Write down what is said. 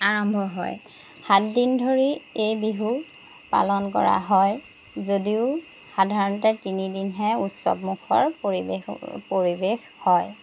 আৰম্ভ হয় সাতদিন ধৰি এই বিহু পালন কৰা হয় যদিও সাধাৰণতে তিনিদিনহে উৎসৱমুখৰ পৰিৱেশ পৰিৱেশ হয়